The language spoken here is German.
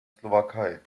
slowakei